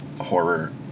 horror